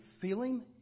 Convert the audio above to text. feeling